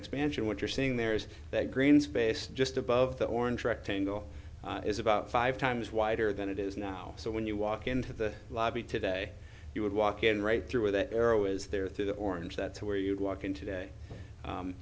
expansion what you're seeing there is that green space just above the orange rectangle is about five times wider than it is now so when you walk into the lobby today you would walk in right through the arrow is there through the orange that's where you walk in today